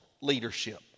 leadership